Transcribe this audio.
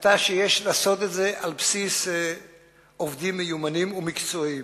היתה שיש לעשות את זה על בסיס עובדים מיומנים ומקצועיים.